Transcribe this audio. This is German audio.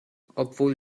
obwohl